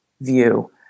view